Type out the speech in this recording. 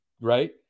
Right